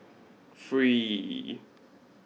three